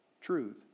truth